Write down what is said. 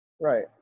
Right